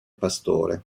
pastore